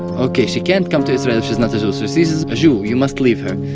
okay, she can't come to israel if she's not a jew, so she's a jew you must leave her.